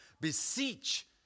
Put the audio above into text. Beseech